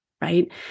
right